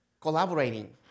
collaborating